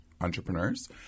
entrepreneurs